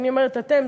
כשאני אומרת "אתם",